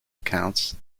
accounts